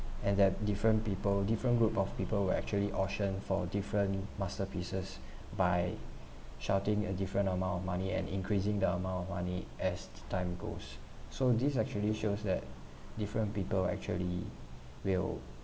and that different people different group of people will actually auction for different masterpieces by shouting a different amount of money and increasing the amount of money as the time goes so this actually shows that different people actually will